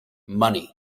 money